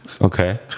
Okay